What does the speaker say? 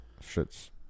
shit's